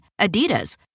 Adidas